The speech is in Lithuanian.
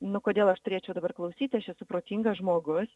nu kodėl aš turėčiau dabar klausyti aš esu protingas žmogus